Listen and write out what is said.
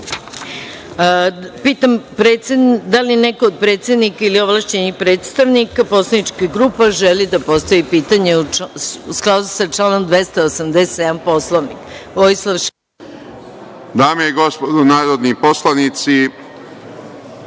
dame i gospodo narodni poslanici,